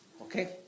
Okay